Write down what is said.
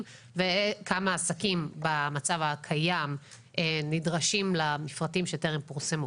וכמה עסקים במצב הקיים נדרשים למפרטים שטרם פורסמו.